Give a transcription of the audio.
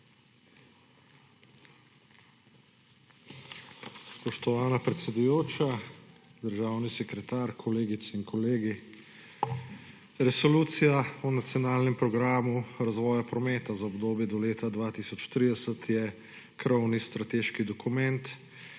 Resolucija o nacionalnem programu razvoja prometa za obdobje do leta 2030 je krovni strateški dokument,